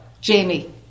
Jamie